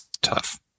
tough